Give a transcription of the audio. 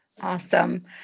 Awesome